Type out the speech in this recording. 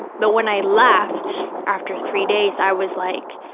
but when i left after three days, i was like,